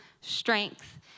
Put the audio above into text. strength